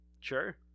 Sure